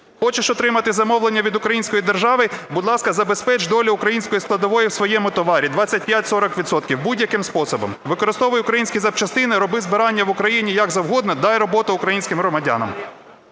Хочеш отримати замовлення від української держави, будь ласка, забезпеч долю української складової в своєму товарі, 25-40 відсотків будь-яким способом, використовуй українські запчастини, роби збирання в Україні як завгодно, дай роботу українським громадянам.